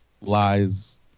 Lies